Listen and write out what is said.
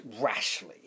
rashly